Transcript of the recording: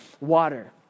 water